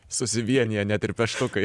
susivienija net ir peštukai